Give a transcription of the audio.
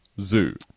zoo